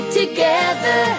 together